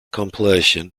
compilation